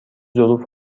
ظروف